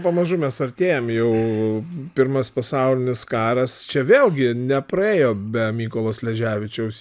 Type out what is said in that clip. pamažu mes artėjam jau pirmas pasaulinis karas čia vėlgi nepraėjo be mykolo sleževičiaus